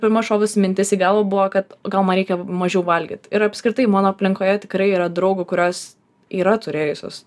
pirma šovusi mintis į galvą buvo kad gal man reikia mažiau valgyt ir apskritai mano aplinkoje tikrai yra draugių kurios yra turėjusios